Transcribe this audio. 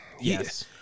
Yes